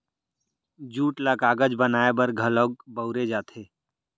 jute ल कागज बनाए बर घलौक बउरे जाथे